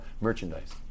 Merchandise